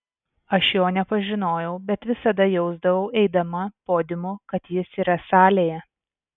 aš jo nepažinojau bet visada jausdavau eidama podiumu kad jis yra salėje